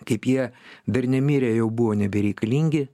kaip jie dar nemirę jau buvo nebereikalingi